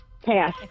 Pass